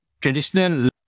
traditional